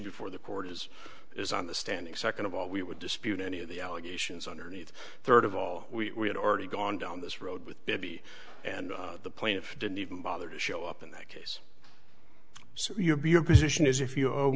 before the court is is on the standing second of all we would dispute any of the allegations underneath third of all we had already gone down this road with debbie and the plaintiff didn't even bother to show up in that case so you'd be your position is if you ow